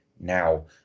now